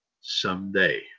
someday